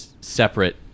separate